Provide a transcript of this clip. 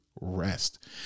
rest